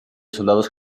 soldados